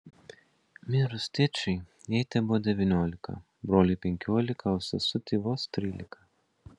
mirus tėčiui jai tebuvo devyniolika broliui penkiolika o sesutei vos trylika